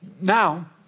Now